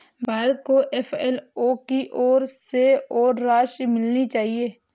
भारत को एफ.ए.ओ की ओर से और राशि मिलनी चाहिए